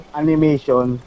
animation